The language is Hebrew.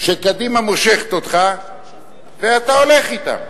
שקדימה מושכת אותך ואתה הולך אתם.